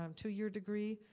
um two-year degree,